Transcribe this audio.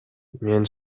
мен